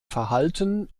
verhalten